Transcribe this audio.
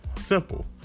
Simple